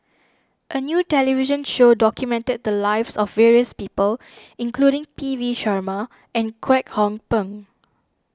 a new television show documented the lives of various people including P V Sharma and Kwek Hong Png